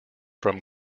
from